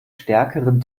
stärkeren